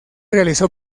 realizó